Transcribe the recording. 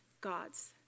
gods